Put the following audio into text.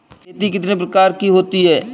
खेती कितने प्रकार की होती है?